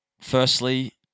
firstly